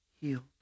healed